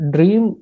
Dream